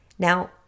Now